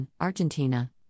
Argentina